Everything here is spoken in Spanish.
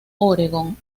oregon